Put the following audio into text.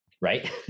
right